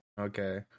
Okay